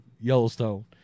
Yellowstone